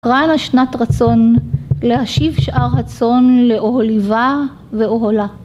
קרא לה שנת רצון, להשיב שאר רצון לאהוליווה ואהולה